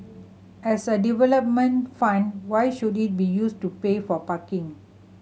as a development fund why should it be used to pay for parking